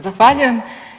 Zahvaljujem.